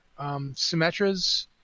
Symmetra's